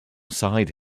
side